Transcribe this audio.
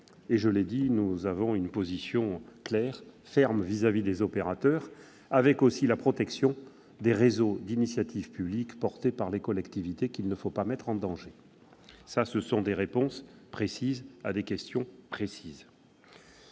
Je l'ai dit, nous avons une position claire et ferme vis-à-vis des opérateurs, avec aussi la protection des réseaux d'initiative publique portés par les collectivités et qu'il ne faut pas mettre en danger. Voilà des réponses précises à des questions précises.